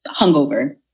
hungover